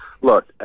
look